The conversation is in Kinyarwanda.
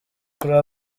kuri